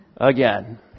again